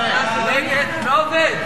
תודה, אדוני שר האוצר.